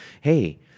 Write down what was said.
hey